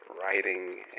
writing